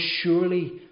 surely